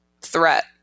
threat